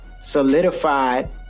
solidified